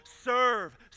serve